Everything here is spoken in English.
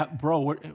bro